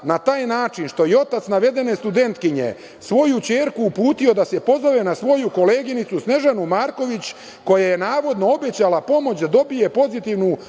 na taj način što je otac navedene studentkinje svoju ćerku uputio da se pozove na svoju koleginicu Snežanu Marković, koja je navodno obećala pomoć da dobije pozitivnu ocenu